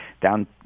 down